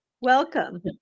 Welcome